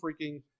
freaking